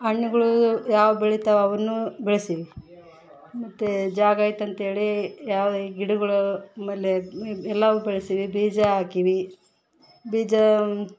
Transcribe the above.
ಹಣ್ಣುಗಳು ಯಾವು ಬೆಳಿತಾವೆ ಅವನ್ನು ಬೆಳ್ಸಿವಿ ಮತ್ತು ಜಾಗ ಐತಂತೇಳಿ ಯಾವ ಗಿಡಗಳು ಆಮೇಲೆ ಎಲ್ಲವು ಬೆಳ್ಸಿವಿ ಬೀಜ ಹಾಕಿವಿ ಬೀಜ